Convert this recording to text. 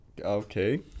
Okay